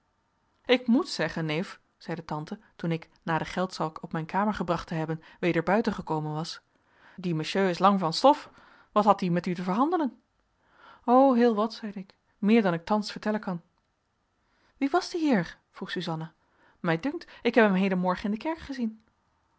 ik moet zeggen neef zeide tante toen ik na den geldzak op mijn kamer gebracht te hebben weder buiten gekomen was die monsieur is lang van stof wat had die met u te verhandelen o heel wat zeide ik meer dan ik thans vertellen kan wie was die heer vroeg suzanna mij dunkt ik heb hem hedenmorgen in de kerk gezien